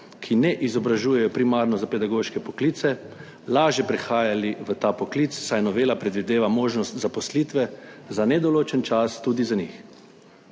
ki ne izobražujejo primarno za pedagoške poklice, lažje prehajali v ta poklic, saj novela predvideva možnost zaposlitve za nedoločen čas tudi za njih.